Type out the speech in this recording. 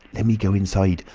lemme go inside.